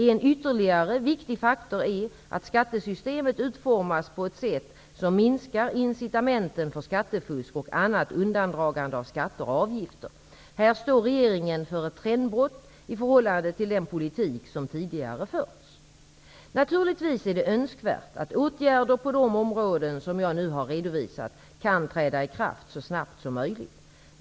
En ytterligare viktig faktor är att skattesystemet utformas på ett sätt som minskar incitamenten för skattefusk och annat undandragande av skatter och avgifter. Här står regeringen för ett trendbrott i förhållande till den politik som tidigare förts. Naturligtvis är det önskvärt att de åtgärder som jag nu har redovisat på dessa områden kan träda i kraft så snabbt som möjligt.